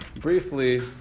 briefly